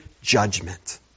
judgment